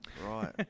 Right